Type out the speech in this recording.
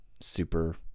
super